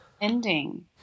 ending